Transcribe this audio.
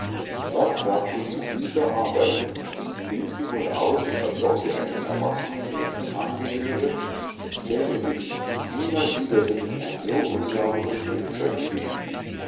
was sagt ihr zu dieser arbeit sieht sie wohl aus als ob sie einem erwachsenen mädchen angehöre schäme dich niemals wieder will ich ein so unsauberes strickzeug sehen